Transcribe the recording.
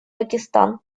пакистан